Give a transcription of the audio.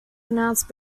announce